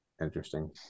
Interesting